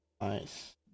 Nice